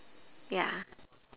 ya